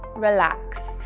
relax!